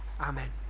Amen